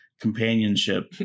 companionship